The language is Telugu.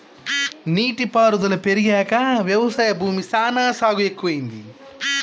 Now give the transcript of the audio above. నీటి పారుదల పెరిగాక వ్యవసాయ భూమి సానా సాగు ఎక్కువైంది